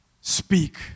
Speak